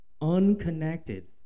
unconnected